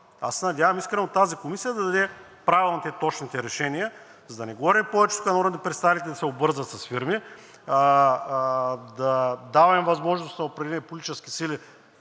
Аз се надявам искрено тази комисия да даде правилните и точните решения, за да не говорим повече тук, че народни представители се обвързват с фирми и даваме възможност на определени политически сили